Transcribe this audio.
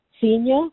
Senior